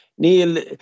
Neil